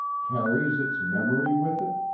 carries its memory with it,